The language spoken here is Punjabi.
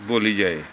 ਬੋਲੀ ਜਾਏ